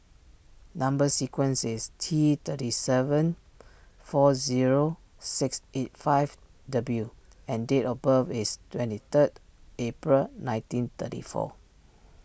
Number Sequence is T thirty seven four zero six eight five W and date of birth is twenty third April nineteen thirty four